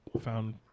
found